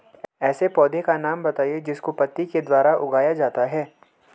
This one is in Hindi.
ऐसे पौधे का नाम बताइए जिसको पत्ती के द्वारा उगाया जाता है